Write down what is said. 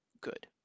good